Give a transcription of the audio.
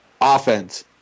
offense